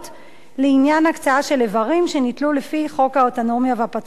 לעניין הקצאה של איברים שניטלו לפי חוק האנטומיה והפתולוגיה,